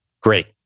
Great